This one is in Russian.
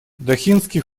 дохинский